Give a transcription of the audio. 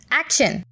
action